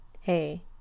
hey